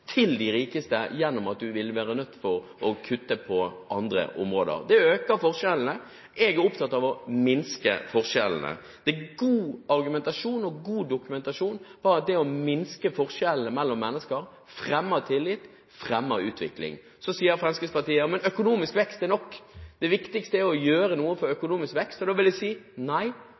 til de rikeste, fordi en vil være nødt til å kutte på andre områder. Det øker forskjellene. Jeg er opptatt av å minske forskjellene. Det er god argumentasjon og god dokumentasjon for at det å minske forskjellene mellom mennesker fremmer tillitt – fremmer utvikling. Så sier Fremskrittspartiet at økonomisk vekst er nok – det viktigste er å gjøre noe for økonomisk vekst. Da vil jeg si: Nei,